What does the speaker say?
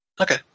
Okay